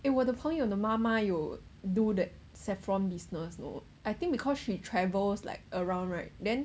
eh 我的朋友的妈妈有 do that saffron business you know I think because she travels like around right then